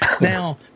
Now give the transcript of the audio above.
Now